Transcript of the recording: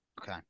Okay